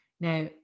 Now